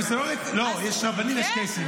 יש רבנים ויש קייסים.